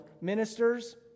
ministers